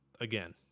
again